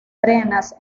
arenas